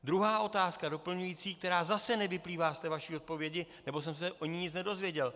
Druhá otázka doplňující, která zase nevyplývá z té vaší odpovědi, nebo jsem se o ní nic nedozvěděl.